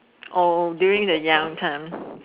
oh during the young time